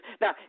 Now